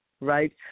Right